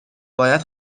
باید